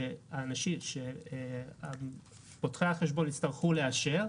שבמקום שפותחי החשבון יצטרכו לאשר,